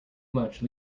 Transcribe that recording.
much